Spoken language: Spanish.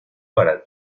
para